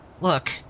Look